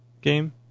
game